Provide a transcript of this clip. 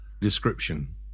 description